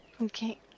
Okay